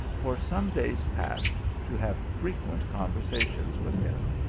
for some days past, to have frequent conversations with him.